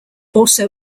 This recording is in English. also